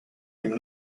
him